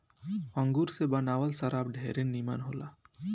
अंगूर से बनावल शराब ढेरे निमन होला